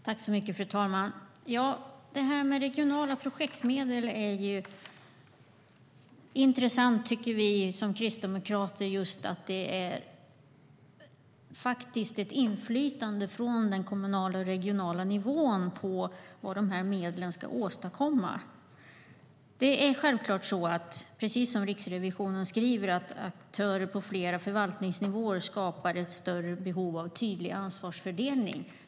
Fru talman! Det här med regionala projektmedel är intressant, tycker vi som kristdemokrater. Det är faktiskt ett inflytande från den kommunala och regionala nivån när det gäller vad de här medlen ska åstadkomma. Självklart är det precis som Riksrevisionen skriver, att aktörer på flera förvaltningsnivåer skapar ett större behov av tydlig ansvarsfördelning.